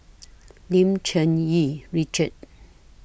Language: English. Lim Cherng Yih Richard